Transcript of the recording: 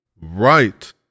right